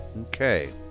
Okay